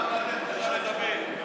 אתה חייב לתת לו לדבר.